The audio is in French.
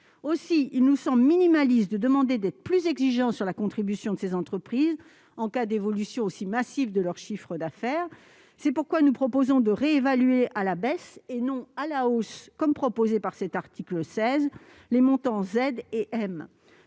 Aussi est-ce bien le moins que de demander d'être plus exigeant sur la contribution de ces entreprises en cas d'évolution aussi massive de leur chiffre d'affaires. C'est pourquoi nous proposons de réévaluer à la baisse, et non à la hausse, comme le prévoit l'article 16, les montants Z et M.